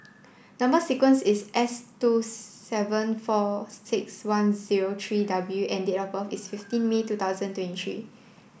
number sequence is S two seven four six one zero three W and date of birth is fifteen May two thousand twenty three